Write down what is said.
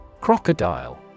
Crocodile